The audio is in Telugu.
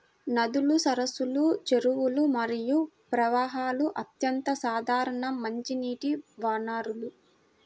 నదులు, సరస్సులు, చెరువులు మరియు ప్రవాహాలు అత్యంత సాధారణ మంచినీటి వనరులు